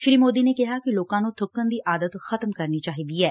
ਸ਼ੀ ਮੋਦੀ ਨੇ ਕਿਹਾ ਕਿ ਲੋਕਾਂ ਨੂੰ ਬੁੱਕਣ ਦੀ ਆਦਤ ਖਤਮ ਕਰਨੀ ਚਾਹੀਦੀ ਏ